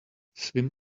swim